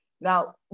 Now